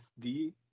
SD